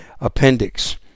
appendix